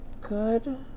good